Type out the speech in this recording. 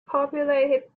populated